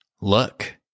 Look